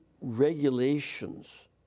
regulations